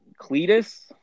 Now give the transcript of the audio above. Cletus